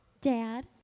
Dad